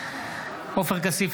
בהצבעה עופר כסיף,